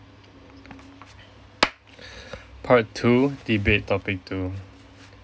part two debate topic two